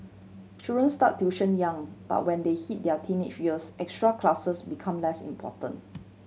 children start tuition young but when they hit their teenage years extra classes become less important